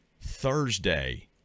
Thursday